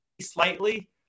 slightly